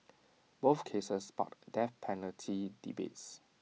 both cases sparked death penalty debates